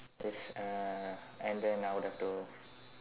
this uh and then I would have to